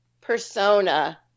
persona